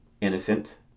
innocent